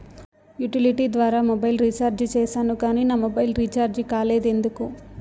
Utility ద్వారా mobile recharge సేసాను కానీ నా మొబైల్ రీచార్జి కాలేదు ఎందుకు?